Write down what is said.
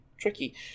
tricky